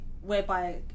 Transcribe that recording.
whereby